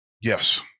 yes